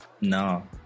no